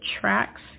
tracks